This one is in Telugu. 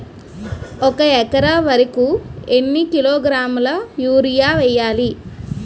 ఒక ఎకర వరి కు ఎన్ని కిలోగ్రాముల యూరియా వెయ్యాలి?